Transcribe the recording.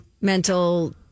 Mental